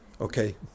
Okay